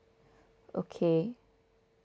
okay